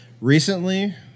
Recently